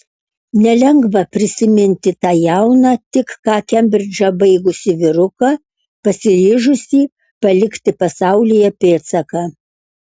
nelengva prisiminti tą jauną tik ką kembridžą baigusį vyruką pasiryžusį palikti pasaulyje pėdsaką